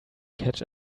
catch